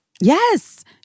Yes